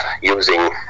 using